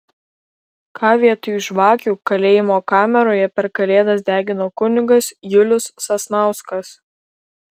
ką vietoj žvakių kalėjimo kameroje per kalėdas degino kunigas julius sasnauskas